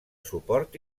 suport